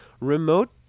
remote